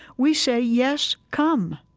we say, yes, come.